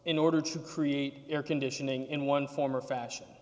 in order to create air conditioning in one form or fashion